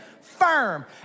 firm